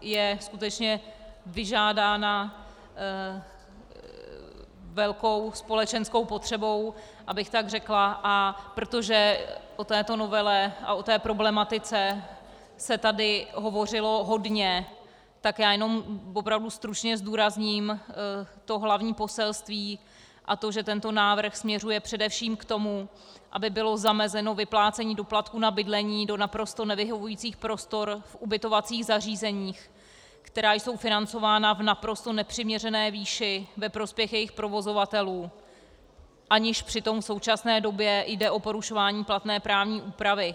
je skutečně vyžádána velkou společenskou potřebou, abych tak řekla, a protože o této novele a o té problematice se tady hovořilo hodně, tak já jenom opravdu stručně zdůrazním to hlavní poselství, a to že tento návrh směřuje především k tomu, aby bylo zamezeno vyplácení doplatků na bydlení do naprosto nevyhovujících prostor v ubytovacích zařízeních, která jsou financována v naprosto nepřiměřené výši ve prospěch jejich provozovatelů, aniž přitom v současné době jde o porušování platné právní úpravy.